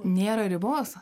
nėra ribos